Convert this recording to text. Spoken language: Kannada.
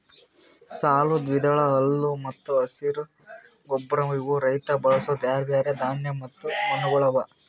ಸಾಲು, ದ್ವಿದಳ, ಹುಲ್ಲು ಮತ್ತ ಹಸಿರು ಗೊಬ್ಬರ ಇವು ರೈತ ಬಳಸೂ ಬ್ಯಾರೆ ಬ್ಯಾರೆ ಧಾನ್ಯ ಮತ್ತ ಮಣ್ಣಗೊಳ್ ಅವಾ